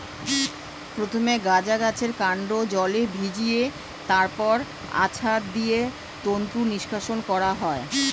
প্রথমে গাঁজা গাছের কান্ড জলে ভিজিয়ে তারপর আছাড় দিয়ে তন্তু নিষ্কাশণ করা হয়